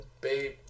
babe